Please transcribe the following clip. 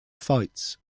fights